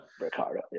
Ricardo